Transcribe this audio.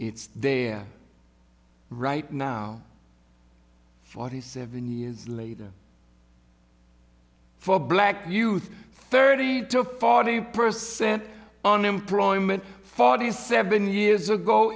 there right now forty seven years later for black youth thirty to forty per cent unemployment forty seven years ago